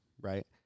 right